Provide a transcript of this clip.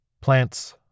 Plants